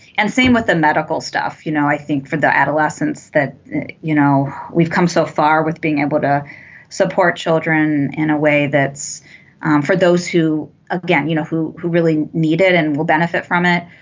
and same with the medical stuff you know i think for the adolescents that you know we've come so far with being able to support children in a way that's for those who again you know who who really need it and will benefit from it.